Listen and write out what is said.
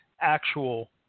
actual